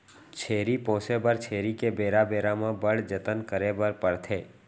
छेरी पोसे बर छेरी के बेरा बेरा म बड़ जतन करे बर परथे